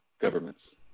governments